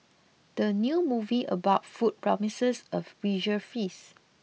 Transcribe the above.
the new movie about food promises a visual feast